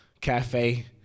cafe